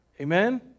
Amen